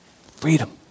Freedom